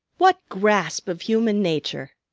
what grasp of human nature!